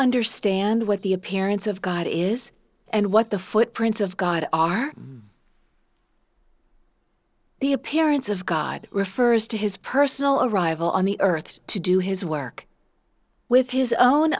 understand what the appearance of god is and what the footprints of god are the appearance of god refers to his personal arrival on the earth to do his work with his own